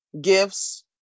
gifts